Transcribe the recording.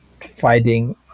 fighting